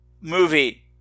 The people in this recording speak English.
movie